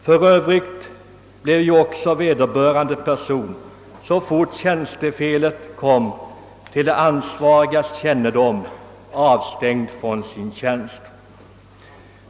Vederbörande blev för övrigt också så snart tjänstefelet kom till de ansvarigas kännedom avstängd från sin tjänst.